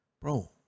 Bro